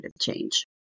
change